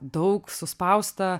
daug suspausta